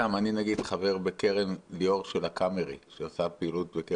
אני נניח חבר בקרן ליאור של הקאמרי, שעושה פעילות.